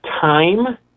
time